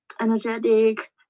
energetic